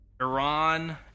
Iran